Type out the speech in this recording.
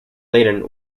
leiden